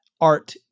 art